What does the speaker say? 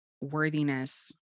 worthiness